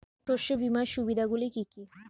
শস্য বীমার সুবিধা গুলি কি কি?